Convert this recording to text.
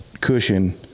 cushion